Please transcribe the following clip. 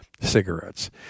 cigarettes